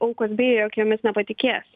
aukos bijo jog jomis nepatikės